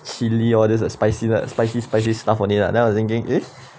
chilli all this like spicy spicy spicy stuff on it lah then I was thinking eh